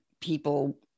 people